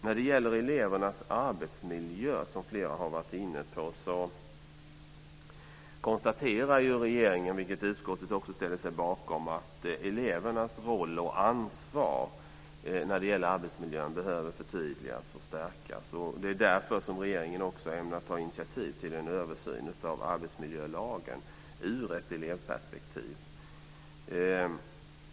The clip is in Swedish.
När det gäller elevernas arbetsmiljö, som flera har varit inne på, konstaterar regeringen, vilket utskottet också ställer sig bakom, att elevernas roll och ansvar i fråga om arbetsmiljön behöver förtydligas och stärkas. Det är därför som regeringen också ämnar ta initiativ till en översyn av arbetsmiljölagen ur ett elevperspektiv.